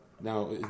now